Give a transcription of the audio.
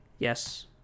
Yes